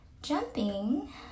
Jumping